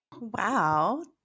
Wow